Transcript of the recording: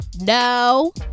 No